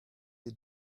you